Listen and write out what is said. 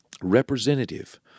representative